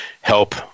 help